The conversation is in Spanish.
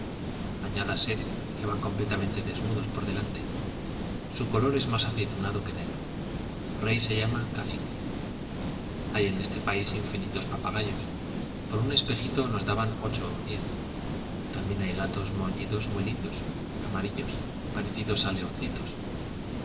añádase que van completamente desnudos por delante su color es más aceitunado que negro su rey se llama cacique hay en este país infinitos papagayos por un espfejito nos daban ocho o diez también hay gatos monillos muy lindos amarillos parecidos a leoncitos